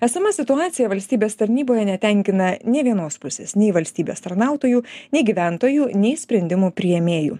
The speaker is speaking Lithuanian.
esama situacija valstybės tarnyboje netenkina nė vienos pusės nei valstybės tarnautojų nei gyventojų nei sprendimų priėmėjų